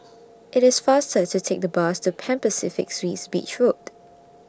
IT IS faster to Take The Bus to Pan Pacific Suites Beach Road